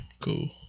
Cool